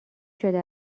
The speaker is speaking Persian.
شده